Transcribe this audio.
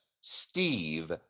Steve